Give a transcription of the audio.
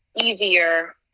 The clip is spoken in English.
easier